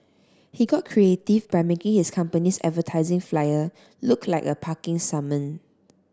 he got creative by making his company's advertising flyer look like a parking summon